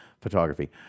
photography